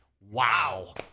wow